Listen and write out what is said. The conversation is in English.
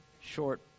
short